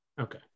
Okay